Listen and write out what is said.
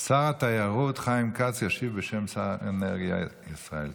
שר התיירות חיים כץ ישיב בשם שר האנרגיה ישראל כץ.